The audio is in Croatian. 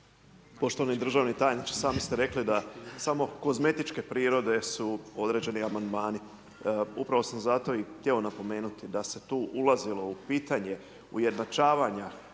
Poštovani državni tajniče, sami ste rekli da samo kozmetičke prirode su određeni Amandmani. Upravo sam zato i htio napomenuti da se tu ulazilo u pitanje ujednačavanja